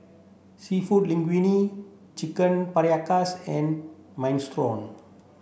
seafood Linguine Chicken Paprikas and Minestrone